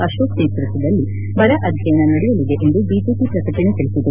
ಆಶೋಕ್ ನೇತೃತ್ವದಲ್ಲಿ ಬರ ಅಧ್ಯಯನ ನಡೆಯಲಿದೆ ಎಂದು ಬಿಜೆಪಿ ಪ್ರಕಟಣೆ ತಿಳಿಸಿದೆ